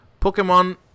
Pokemon